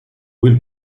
will